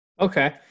okay